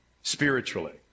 spiritually